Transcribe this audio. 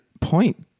point